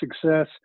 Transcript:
success